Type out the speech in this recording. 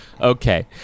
okay